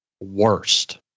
worst